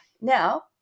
Now